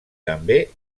també